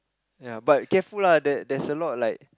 ya but careful lah there there's a lot like